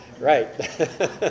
Right